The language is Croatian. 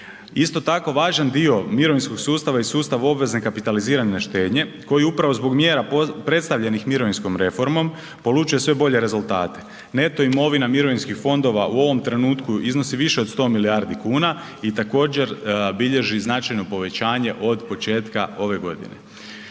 Isto tako važan dio mirovinskog sustava i sustava obvezne kapitalizirane štednje koji upravo zbog mjera predstavljenih mirovinskom reformom polučuje sve bolje rezultate. Neto imovina mirovinskih fondova u ovom trenutku iznosi više od 100 milijardi kuna i također bilježi značajno povećanje od početka ove godine.